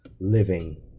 living